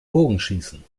bogenschießen